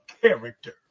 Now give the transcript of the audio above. character